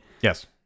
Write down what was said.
Yes